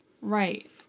Right